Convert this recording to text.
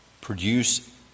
produce